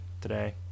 today